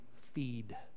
feed